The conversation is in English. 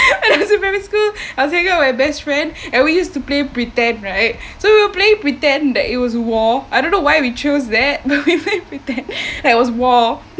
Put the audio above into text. when I was in primary school I was thinking of my best friend and we used to play pretend right so play pretend that it was war I don't know why we chose that but we play pretend like it was war